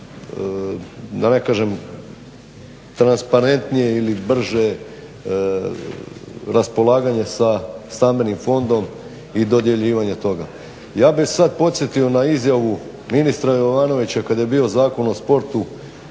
da ne kažem transparentnije ili brže raspolaganje sa Stambenim fondom i dodjeljivanjem toga. Ja bih sada podsjetio na izjavu ministra Jovanovića kada je bio Zakon o sportu